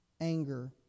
Anger